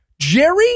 Jerry